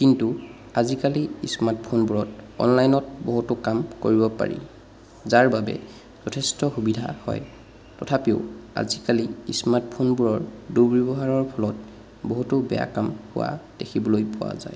কিন্তু আজিকালি স্মাৰ্টফোনবোৰত অনলাইনত বহুতো কাম কৰিব পাৰি যাৰ বাবে যথেষ্ট সুবিধা হয় তথাপিও আজিকালি স্মাৰ্টফোনবোৰৰ দুৰ্ব্য়ৱহাৰৰ ফলত বহুতো বেয়া কাম হোৱা দেখিবলৈ পোৱা যায়